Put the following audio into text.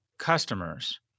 Customers